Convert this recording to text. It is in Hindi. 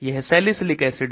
यह salicylic acid है